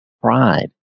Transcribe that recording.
pride